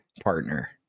partner